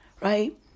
Right